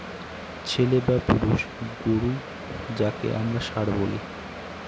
ছেলে বা পুরুষ গোরু যাকে আমরা ষাঁড় বলি